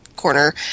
corner